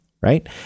right